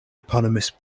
eponymous